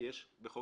כי יש בחוק